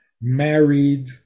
married